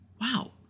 Wow